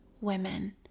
women